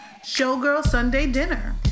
showgirlsundaydinner